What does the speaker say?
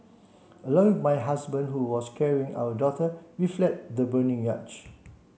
along with my husband who was carrying our daughter we fled the burning yacht